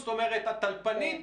זאת אומרת, הטלפנית